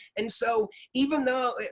and so even though,